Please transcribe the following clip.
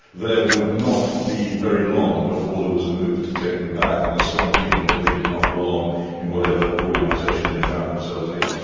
there would not be very long before there was a move to take themback, and a strong feeling that they did not belong in whatever organization they found themselves in.